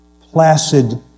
placid